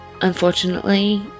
unfortunately